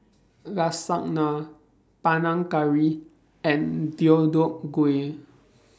Lasagna Panang Curry and Deodeok Gui